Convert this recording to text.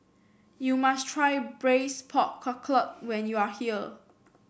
you must try Braised Pork Knuckle when you are here